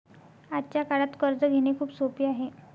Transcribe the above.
आजच्या काळात कर्ज घेणे खूप सोपे आहे